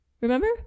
Remember